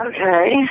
Okay